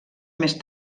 més